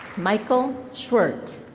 michael schwert.